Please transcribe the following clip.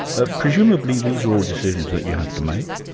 ah presumably these are all decisions that you have to make.